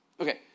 Okay